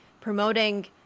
promoting